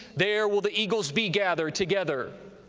there will the eagles be gathered together.